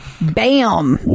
Bam